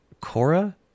Cora